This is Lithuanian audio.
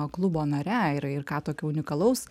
klubo nare ir ir ką tokio unikalaus